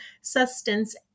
sustenance